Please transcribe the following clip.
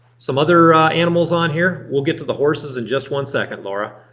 some other animals on here. we'll get to the horses in just one second laura.